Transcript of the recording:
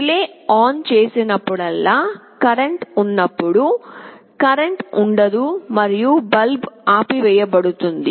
relay on చేసినప్పుడల్లా current ప్రవహిస్తుంది మరియు బల్బ్ వెలుగుతుంది మరియు రిలే ఆఫ్లో ఉన్నప్పుడు కరెంట్ ఉండదు మరియు బల్బ్ ఆపివేయబడుతుంది